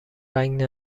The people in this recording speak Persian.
رنگ